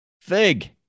Fig